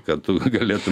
kad tu galėtum